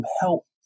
help